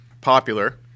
popular